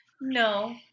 No